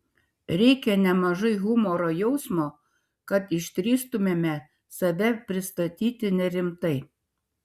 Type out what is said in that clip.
reikia nemažai humoro jausmo kad išdrįstumėme save pristatyti nerimtai